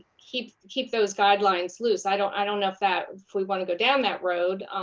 keep keep those guidelines loose. i don't i don't know if that if we want to go down that road.